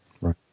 Right